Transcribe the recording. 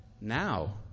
now